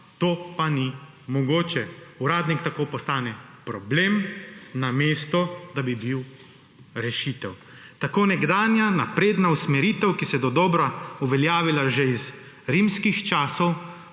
to pa ni mogoče. Uradnik tako postane problem, namesto da bi bil rešitev. Tako nekdanja napredna usmeritev, ki se je dodobra uveljavila že iz rimskih časov,